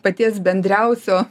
paties bendriausio